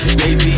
baby